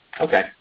Okay